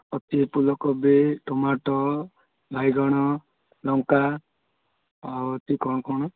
ଅଛି ଏ ଫୁଲକୋବି ଟମାଟୋ ବାଇଗଣ ଲଙ୍କା ଆଉ ଅଛି କ'ଣ କ'ଣ